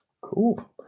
Cool